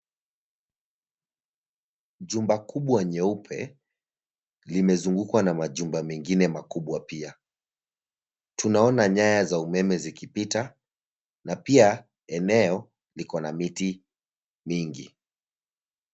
Jumba kubwa nyeupe, limezungukwa na majumba mengine makubwa pia. Tunaona nyaya za umeme zikipita, na pia, eneo liko na miti mingi.